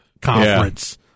conference